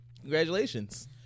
Congratulations